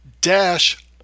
dash